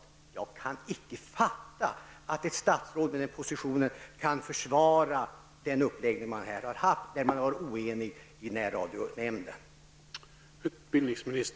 Jag kan inte fatta att ett statsråd i den positionen kan försvara den uppläggning som har gällt när närradionämnden har varit oenig.